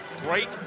great